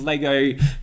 Lego